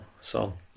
song